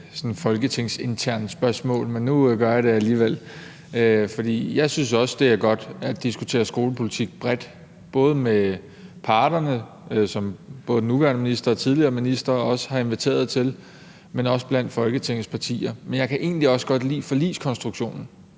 folketingsinternt spørgsmål, men nu stiller jeg det alligevel. For jeg synes også, det er godt at diskutere skolepolitik bredt, både med parterne, som både den nuværende minister og tidligere ministre også har inviteret til, men også blandt Folketingets partier, men jeg kan egentlig også godt lide forligskonstruktionen.